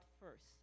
first